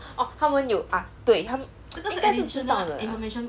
orh 他们有 ah 对应该是知道的啦